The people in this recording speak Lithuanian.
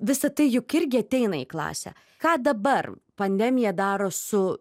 visa tai juk irgi ateina į klasę ką dabar pandemija daro su